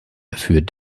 führt